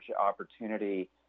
opportunity